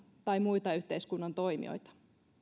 tai muita yhteiskunnan toimijoita pyritään vaientamaan